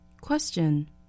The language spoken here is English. Question